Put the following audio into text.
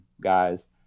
guys